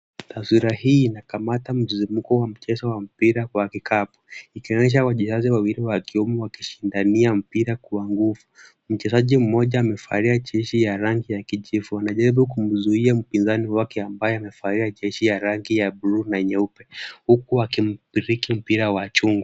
Taswira hii inakamata msisimko wa mchezo wa mpira wa kikapu, ikionyesha wachezaji wawili wa kiume wakishindania mpira kwa nguvu. Mchezaji mmoja amevalia jezi ya rangi ya kijivu. Anajaribu kumzuia mpinzani wake ambaye amevalia jezi ya rangi ya bluu na nyeupe. Huku wakimpiriki mpira wa chungwa.